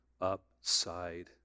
upside